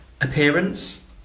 appearance